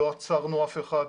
לא עצרנו אף אחד,